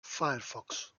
firefox